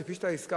כפי שאתה הזכרת,